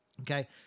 okay